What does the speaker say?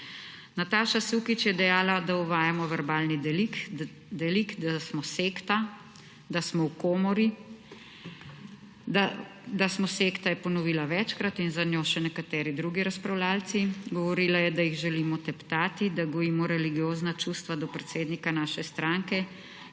Nataša Sukič je dejala, da uvajamo verbalno delikt, da smo sekta, da smo v komori, da smo sekta je ponovila večkrat in za njo še nekateri drugi razpravljavci. Govorila je, da jih želimo teptati, da gojimo religiozna čustva do predsednika naše stranke,